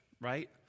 right